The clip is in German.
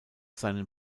seinen